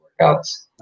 workouts